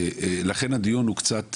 לכן הדיון הוא קצת